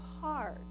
hard